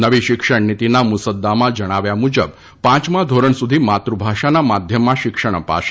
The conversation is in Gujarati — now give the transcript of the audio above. નવી શિક્ષણનીતીના મુસદ્દામાં જણાવ્યા મુજબ પાંચમા ધોરણ સુધી માતૃભાષાના માધ્યમમાં શિક્ષણ અપાશે